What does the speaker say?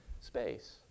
space